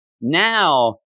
now